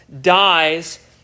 dies